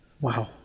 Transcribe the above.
Wow